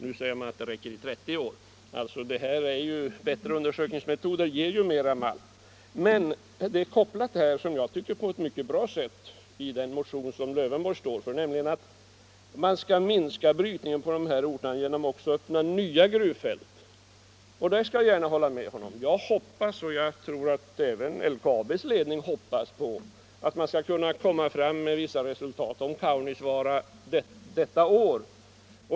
Nu sägs det att den kommer att räcka i 30 år. Bättre undersökningsmetoder ger ju mera malm. I den motion som herr Lövenborg står för är detta kopplat på ett sätt som jag tycker är mycket bra, nämligen att man skall minska brytningen på dessa orter och i stället öppna nya gruvfält. Det håller jag gärna med om. Jag hoppas — och jag tror att LKAB:s ledning också gör det — att man skall uppnå vissa resultat i Kaunisvaara detta år.